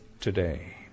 today